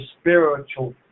spiritual